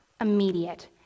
immediate